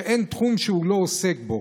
שאין תחום שהוא לא עוסק בו,